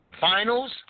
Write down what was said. finals